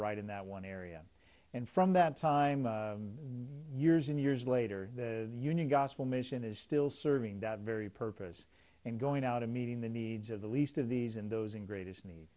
right in that one area and from that time years and years later the union gospel mission is still serving the very purpose and going out and meeting the needs of the least of these and those in greatest nee